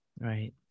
Right